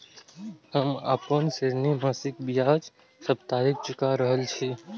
हम आपन ऋण मासिक के ब्याज साप्ताहिक चुका रहल छी